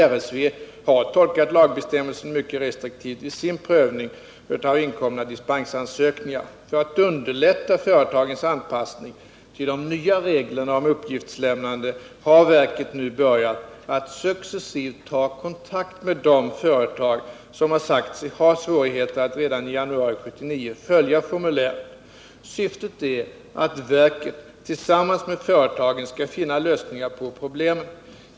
RSV har tolkat lagbestämmelsen mycket restriktivt vid sin prövning av inkomna dispensansökningar. För att underlätta företagens anpassning till de nya reglerna om uppgiftslämnande har verket nu börjat att successivt ta kontakt med de företag som har sagt sig ha svårigheter att redan i januari 1979 följa formuläret. Syftet är att verket tillsammans med företagen skall finna lösningar på problemen.